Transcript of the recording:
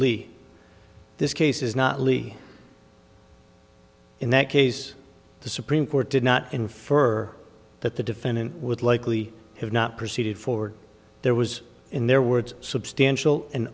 lead this case is not lee in that case the supreme court did not infer that the defendant would likely have not proceeded forward there was in their words substantial an